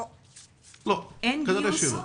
כנראה שלא.